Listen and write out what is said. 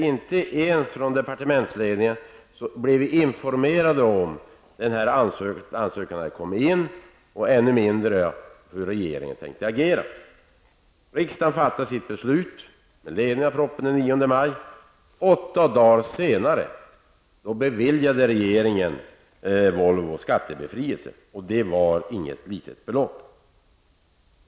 Inte ens av departementsledningen blev vi informerade om att ansökan hade kommit in. Inte heller fick vi veta hur regeringen tänkte agera. Med ledning av propositionen fattade riksdagen sitt beslut den 9 maj. Åtta dagar senare beviljade regeringen Volvo skattebefrielse. Och det rörde sig inte om något litet belopp.